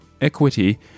equity